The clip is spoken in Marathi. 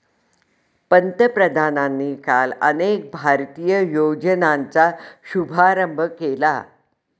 पंतप्रधानांनी काल अनेक भारतीय योजनांचा शुभारंभ केला